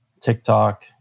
TikTok